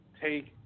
take